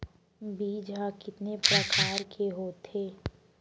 बीज ह कितने प्रकार के होथे?